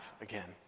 again